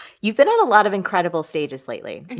you've been on a lot of incredible stages lately.